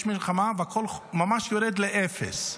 יש מלחמה, והכול ממש יורד לאפס.